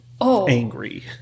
angry